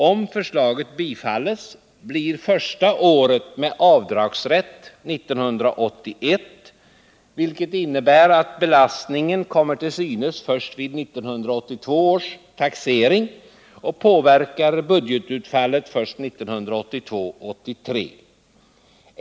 Om förslaget bifalles blir första året med avdragsrätt 1981, vilket innebär att belastningen kommer till synes först vid 1982 års taxering och påverkar budgetutfallet först 1982/83.